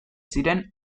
ziren